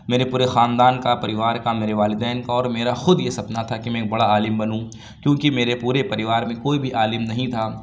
میرے پورے خاندان کا پریوار کا میرے والدین کا اور میرا خود یہ سپنا تھا کہ میں ایک بڑا عالم بنوں کیوں کہ میرے پورے پریوار میں کوئی بھی عالم نہیں تھا